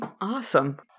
Awesome